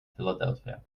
philadelphia